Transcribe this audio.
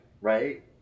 Right